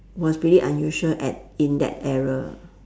was pretty unusual at in that era